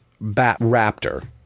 Bat-Raptor